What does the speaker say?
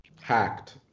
Hacked